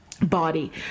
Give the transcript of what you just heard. body